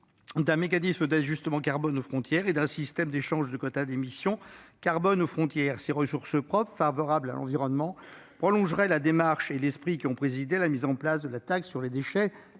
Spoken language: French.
d'un mécanisme d'ajustement carbone aux frontières et le renforcement du système d'échange de quotas d'émission. Ces ressources propres favorables à l'environnement prolongeraient la démarche et l'esprit qui ont présidé à la mise en place de la taxe sur les déchets